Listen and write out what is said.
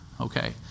okay